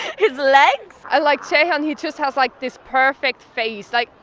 his legs? i like jaehyun. he just has, like, this perfect face. like,